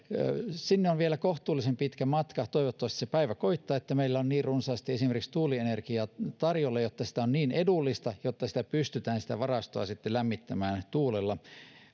sinne on vielä kohtuullisen pitkä matka toivottavasti se päivä koittaa että meillä on niin runsaasti esimerkiksi tuulienergiaa tarjolla ja se on niin edullista että sitä varastoa pystytään sitten lämmittämään tuulella